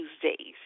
Tuesdays